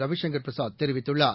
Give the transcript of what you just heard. ரவிசங்கர் பிரசாத் தெரிவித்துள்ளார்